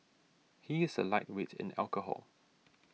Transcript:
he is a lightweight in alcohol